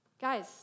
guys